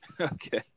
Okay